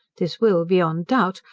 this will, beyond doubt,